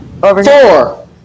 four